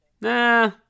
Nah